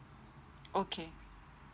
okay